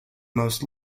most